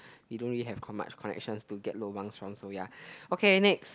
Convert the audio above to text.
you don't really have con~ much connections to get lobang from so ya okay next